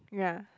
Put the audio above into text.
ya